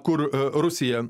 kur rusija